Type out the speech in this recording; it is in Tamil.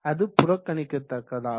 அது புறக்கணிக்கதக்கதாகும்